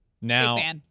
Now